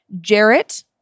Jarrett